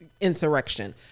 insurrection